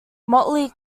motley